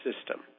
system